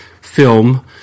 film